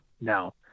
Now